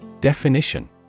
Definition